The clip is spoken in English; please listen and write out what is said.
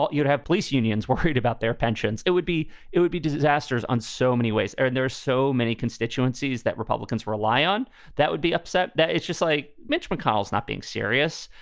you'd have police unions worried about their pensions. it would be it would be disasters on so many ways. and there's so many constituencies that republicans rely on that would be upset that it's just like mitch mcconnell is not being serious,